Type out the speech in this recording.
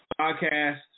podcast